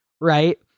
right